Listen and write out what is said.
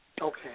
Okay